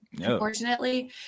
Unfortunately